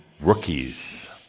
rookies